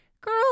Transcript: girl